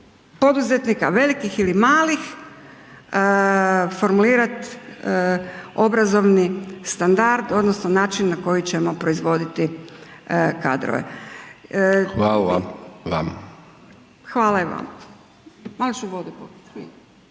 poduzetnika, velikih ili malih formulirati obrazovni standard odnosno načini na koji ćemo proizvoditi kadrove. .../Upadica: Hvala vam./...